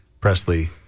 Presley